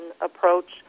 approach